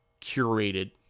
curated